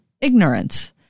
ignorance